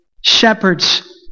shepherds